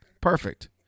Perfect